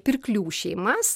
pirklių šeimas